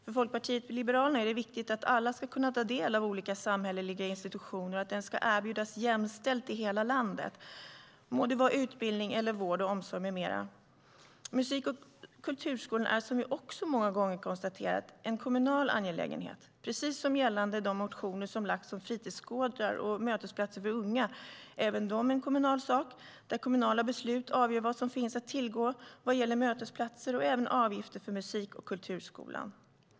För Folkpartiet liberalerna är det viktigt att alla ska kunna ta del av olika samhälleliga institutioner och att detta ska erbjudas jämställt i hela landet - det må vara utbildning eller vård och omsorg med mera. Musik och kulturskolan är, som vi också många gånger har konstaterat, en kommunal angelägenhet. Detsamma gäller de motioner som har lagts om fritidsgårdar och mötesplatser för unga. Även detta är en kommunal sak där kommunala beslut avgör vad som finns att tillgå vad gäller mötesplatser och även bestämmer avgifter för musik och kulturskolan.